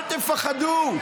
אל תפחדו.